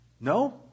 No